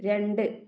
രണ്ട്